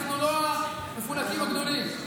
אנחנו לא המפונקים הגדולים,